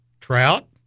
trout